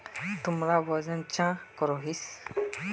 तुमरा वजन चाँ करोहिस?